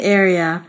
area